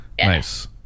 Nice